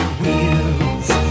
wheels